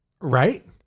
Right